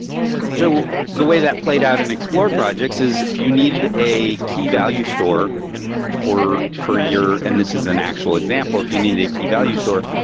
so the way that played out in explore projects is if you needed a key value store for for your and this is an actual example. if you needed a key value store,